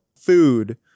food